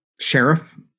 sheriff